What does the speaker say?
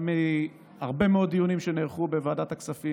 היו הרבה מאוד דיונים שנערכו בוועדת הכספים